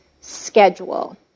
schedule